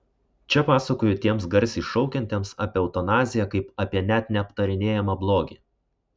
čia pasakoju tiems garsiai šaukiantiems apie eutanaziją kaip apie net neaptarinėjamą blogį